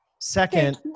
Second